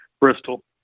Bristol